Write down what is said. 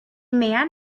man